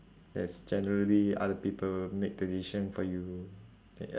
that's generally other people make the decision for you